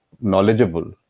knowledgeable